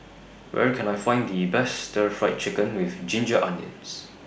Where Can I Find The Best Stir Fried Chicken with Ginger Onions